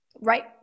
Right